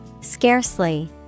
Scarcely